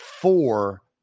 four